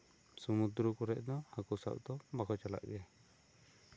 ᱥᱚᱢᱩᱫᱽᱫᱨᱚ ᱠᱚᱨᱮᱜ ᱫᱚ ᱦᱟᱹᱠᱩ ᱥᱟᱵ ᱫᱚ ᱵᱟᱠᱚ ᱪᱟᱞᱟᱜ ᱜᱮᱭᱟ